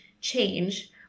change